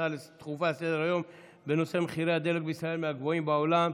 הצעה דחופה לסדר-היום בנושא: מחירי הדלק בישראל מהגבוהים בעולם.